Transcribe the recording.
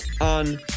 on